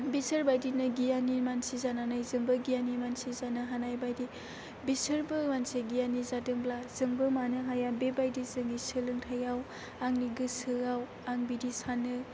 बिसोरबायदिनो गियानि मानसि जानानै जोंबो गियानि मानसि जानो हानाय बायदि बिसोरबो मानसि गियानि जादोंब्ला जोंबो मानो हाया बेबायदि जोंनि सोलोंथाइयाव आंनि गोसोआव आं बिदि सानो